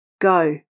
go